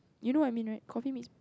you know what I mean right coffee meets